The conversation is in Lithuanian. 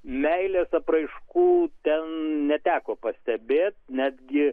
meilės apraiškų ten neteko pastebėti netgi